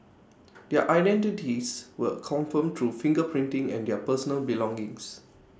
their identities were confirmed through finger printing and their personal belongings